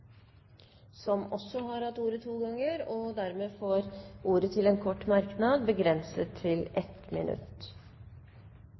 har hatt ordet to ganger og får ordet til en kort merknad, begrenset til